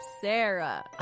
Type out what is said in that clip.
Sarah